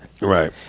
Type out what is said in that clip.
Right